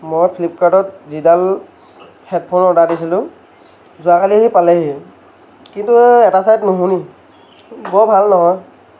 মই ফ্লিপকাৰ্টত যিডাল হেডফোন অৰ্ডাৰ দিছোলোঁ যোৱাকালি আহি পালেহি কিন্তু এটা ছাইড নুশুনি বৰ ভাল নহয়